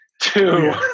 two